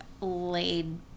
laid